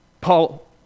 Paul